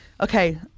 okay